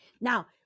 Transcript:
Now